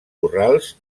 corrals